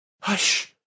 Hush